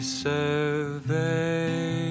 survey